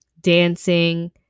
dancing